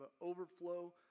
overflow